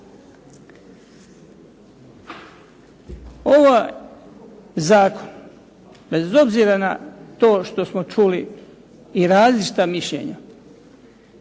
Ovaj zakon bez obzira na to što smo čuli i različita mišljenja,